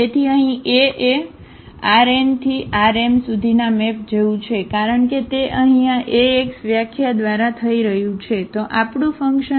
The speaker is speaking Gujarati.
તેથી અહીં A એ આ Rn થી Rm સુધીના મેપ જેવું છે કારણ કે તે અહીં આ Ax વ્યાખ્યા દ્વારા થઈ રહ્યું છે